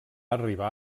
arribar